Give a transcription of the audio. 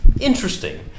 interesting